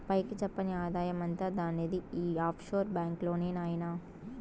పైకి చెప్పని ఆదాయమంతా దానిది ఈ ఆఫ్షోర్ బాంక్ లోనే నాయినా